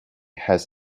has